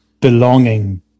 belonging